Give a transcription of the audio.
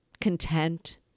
content